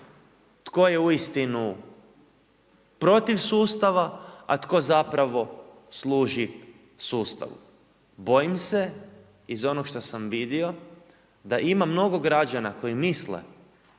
tko je uistinu protiv sustava, a tko zapravo služi sustavu. Bojim se iz onog što sam vidio da ima mnogo građana koji misle